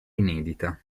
inedita